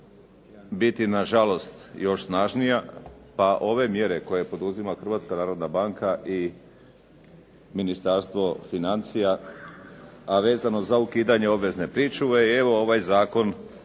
biti na žalost još snažnija, pa ove mjere koje poduzima Hrvatska narodna banka i Ministarstvo financija, a vezano za ukidanje obvezne pričuve je evo ovaj zakon,